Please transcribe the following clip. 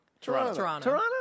Toronto